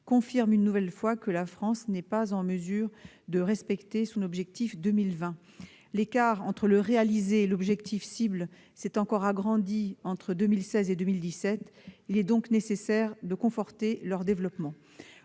confirment une nouvelle fois que la France est sur la mauvaise voie pour respecter son objectif pour 2020. L'écart entre ce qui est réalisé et l'objectif cible s'est encore agrandi entre 2016 et 2017. Il est donc nécessaire de conforter le développement